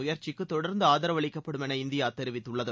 முயற்சிக்கு தொடர்ந்து ஆதரவு அளிக்கப்படும் என இந்தியா தெரிவித்துள்ளது